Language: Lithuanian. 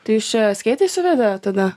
tai jūs čia skeitai suvedė tada